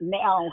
now